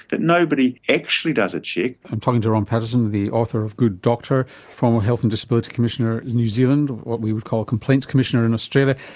but nobody actually does a check. i'm talking to ron paterson the author of good doctor former health and disability commissioner in new zealand, what we would call complaints commissioner in australia.